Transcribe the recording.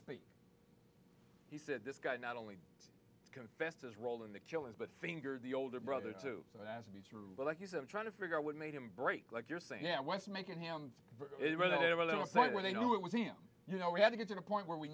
speak he said this guy not only confessed his role in the killings but fingered the older brother too so that would be true but like you said i'm trying to figure out what made him break like you're saying now what's making him a little sad when they know it was him you know we had to get to the point where we